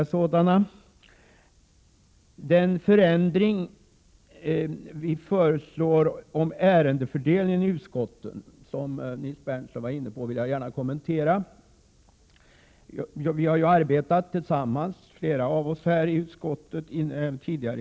Jag vill gärna kommentera den förändring som vi föreslår beträffande ärendefördelningen i utskotten, som Nils Berndtson var inne på. Vi har velat arbeta för att få fram ett bra förslag i fråga om utskottens sammansättning.